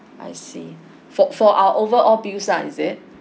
I see for for our overall use ah is it